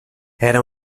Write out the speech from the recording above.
era